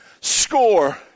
score